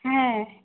হ্যাঁ